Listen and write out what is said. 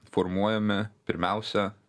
formuojami pirmiausia